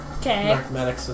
Okay